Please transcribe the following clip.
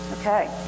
Okay